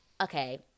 okay